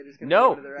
no